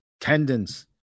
tendons